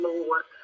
Lord